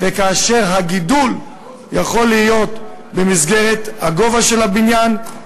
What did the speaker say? והגידול יכול להיות במסגרת הגובה של הבניין,